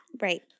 Right